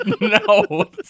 no